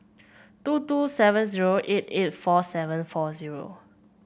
two two seven zero eight eight four seven four zero